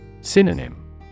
Synonym